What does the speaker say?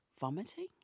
Vomiting